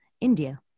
India